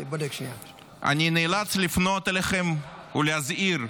אני נאלץ לפנות אליכם ולהזהיר: